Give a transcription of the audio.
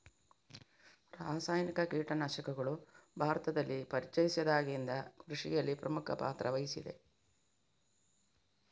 ರಾಸಾಯನಿಕ ಕೀಟನಾಶಕಗಳು ಭಾರತದಲ್ಲಿ ಪರಿಚಯಿಸಿದಾಗಿಂದ ಕೃಷಿಯಲ್ಲಿ ಪ್ರಮುಖ ಪಾತ್ರ ವಹಿಸಿದೆ